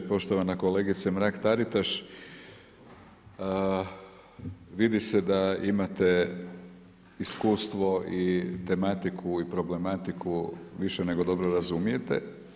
Poštovana kolegice Mrak-Taritaš, vidi se da imate iskustvo i tematiku i problematiku više nego dobro razumijete.